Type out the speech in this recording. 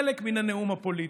חלק מן הנאום הפוליטי.